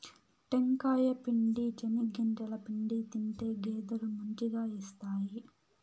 టెంకాయ పిండి, చెనిగింజల పిండి తింటే గేదెలు మంచిగా ఇస్తాయి